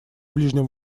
ближнем